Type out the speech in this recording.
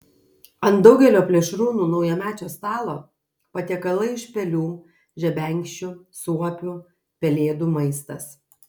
ant daugelio plėšrūnų naujamečio stalo patiekalai iš pelių žebenkščių suopių pelėdų maistas